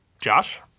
Josh